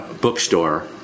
bookstore